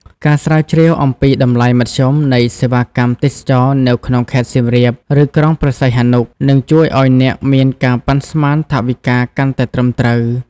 ការស្រាវជ្រាវអំពីតម្លៃមធ្យមនៃសេវាកម្មទេសចរណ៍នៅក្នុងខេត្តសៀមរាប ឬក្រុងព្រះសីហនុ នឹងជួយឱ្យអ្នកមានការប៉ាន់ស្មានថវិកាកាន់តែត្រឹមត្រូវ។